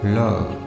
love